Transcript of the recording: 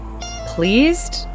pleased